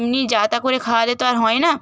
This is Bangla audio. এমনি যাতা করে খাওয়ালে তো আর হয় না